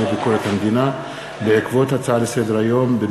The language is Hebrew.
ביקורת המדינה בעקבות דיון בהצעה לסדר-היום של